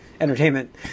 Entertainment